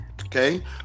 okay